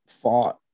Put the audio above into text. fought